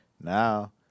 Now